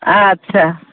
अच्छा